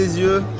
you